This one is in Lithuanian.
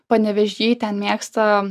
panevėžy ten mėgsta